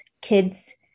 kids